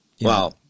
Wow